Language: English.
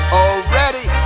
already